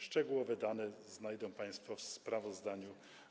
Szczegółowe dane znajdą państwo w sprawozdaniu.